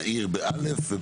נעיר, ב-א' וב-ע'.